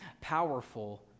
powerful